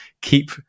keep